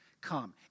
come